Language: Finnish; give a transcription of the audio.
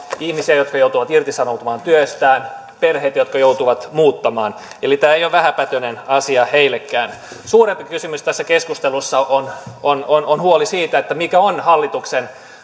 ihmisiä jotka joutuvat irtisanoutumaan työstään perheitä jotka joutuvat muuttamaan eli tämä ei ole vähäpätöinen asia heillekään suurempi kysymys tässä keskustelussa on on huoli siitä mikä on hallituksen